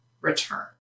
return